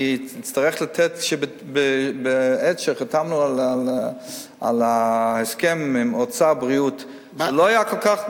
בעת שחתמנו על ההסכם אוצר בריאות זה לא היה כל כך,